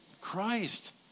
Christ